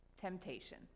temptation